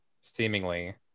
Seemingly